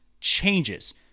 changes